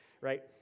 right